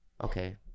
okay